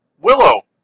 Willow